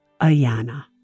Ayana